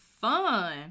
fun